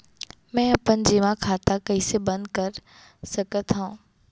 मै अपन जेमा खाता कइसे बन्द कर सकत हओं?